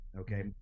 okay